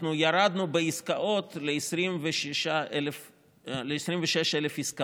אנחנו ירדנו בעסקאות ל-26,000 עסקאות,